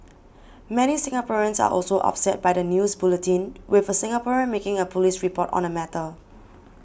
many Singaporeans are also upset by the news bulletin with a Singaporean making a police report on the matter